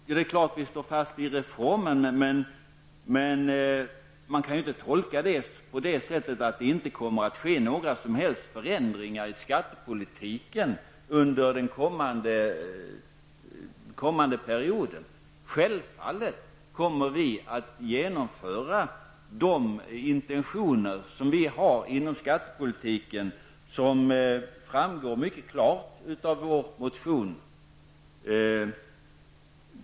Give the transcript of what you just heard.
Ja, det är klart att vi står fast vid reformen, men man kan inte tolka detta så att det inte kommer att ske några som helst förändringar i skattepolitiken under den kommande perioden. Självfallet kommer vi att genomföra de intentioner som vi har inom skattepolitiken och som framgår klart av vår motion.